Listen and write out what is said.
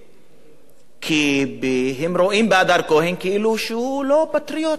כי הם רואים באדר כהן כאילו הוא לא פטריוט יהודי ציוני מספיק.